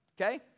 Okay